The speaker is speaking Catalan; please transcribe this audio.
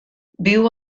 viu